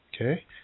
Okay